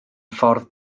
ffordd